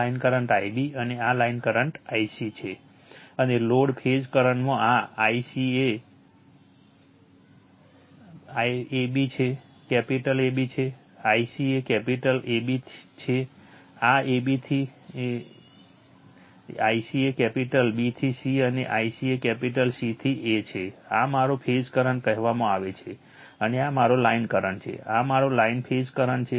line current Ib અને આ line current Ic છે અને લોડ ફેઝ કરંટમાં આ ICA કેપિટલ AB છે ICA કેપિટલ A થી B છે આ A થી B ICA કેપિટલ B થી C અને ICA કેપિટલ C થી A છે આ મારો ફેઝ કરંટ કહેવામાં આવે અને આ મારો લાઇન કરંટ છે આ મારો લાઇન ફેઝ કરંટ છે